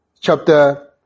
chapter